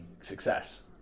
success